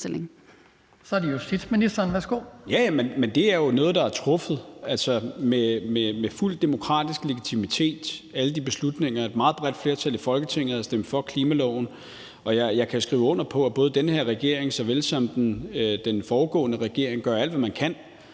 de beslutninger er truffet med fuld demokratisk legitimitet, og et meget bredt flertal i Folketinget har stemt for klimaloven. Jeg kan skrive under på, at den her regering såvel som den foregående regering gør alt, hvad man kan,